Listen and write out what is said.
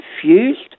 confused